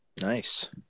nice